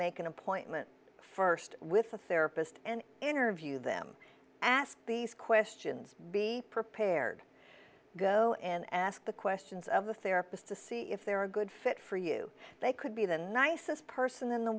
make an appointment first with a therapist and interview them ask these questions be prepared go and ask the questions of the therapist to see if they're a good fit for you they could be the nicest person in the